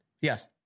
Yes